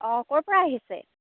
অঁ ক'ৰ পৰা আহিছে